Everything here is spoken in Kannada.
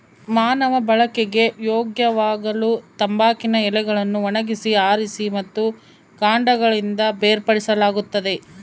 ಮಾನವ ಬಳಕೆಗೆ ಯೋಗ್ಯವಾಗಲುತಂಬಾಕಿನ ಎಲೆಗಳನ್ನು ಒಣಗಿಸಿ ಆರಿಸಿ ಮತ್ತು ಕಾಂಡಗಳಿಂದ ಬೇರ್ಪಡಿಸಲಾಗುತ್ತದೆ